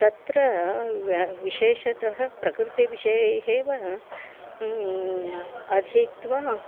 तत्र व्य विशेषतः प्रकृतिविषये एव अधीत्वा